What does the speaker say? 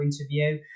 interview